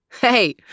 hey